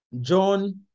John